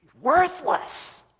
Worthless